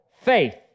faith